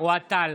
אוהד טל,